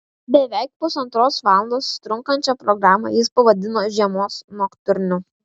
beveik pusantros valandos trunkančią programą jis pavadino žiemos noktiurnu